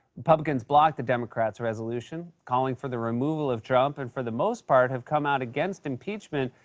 republicans blocked the democrats' resolution calling for the removal of trump, and for the most part, have come out against impeachment.